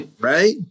Right